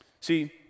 See